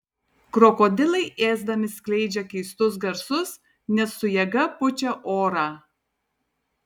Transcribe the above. krokodilai ėsdami skleidžia keistus garsus nes su jėga pučia orą